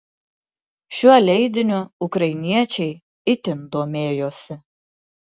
šiuo leidiniu ukrainiečiai itin domėjosi